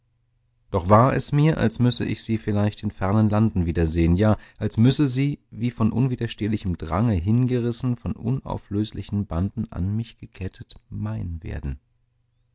doch war es mir als müsse ich sie vielleicht in fernen landen wiedersehen ja als müsse sie wie von unwiderstehlichem drange hingerissen von unauflöslichen banden an mich gekettet mein werden